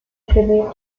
tribute